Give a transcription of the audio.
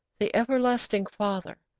the everlasting father,